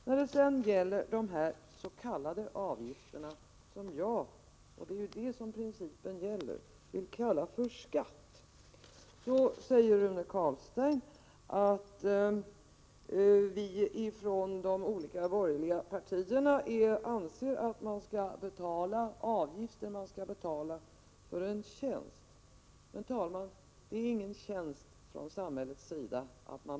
När det sedan gäller de s.k. avgifterna, som jag — och det är detta saken gäller — vill kalla för skatter, säger Rune Carlstein att vi från de borgerliga partierna anser att man skall betala avgifter för tjänster. Men, herr talman, att man betalar skatt innebär inte någon tjänst från samhällets sida.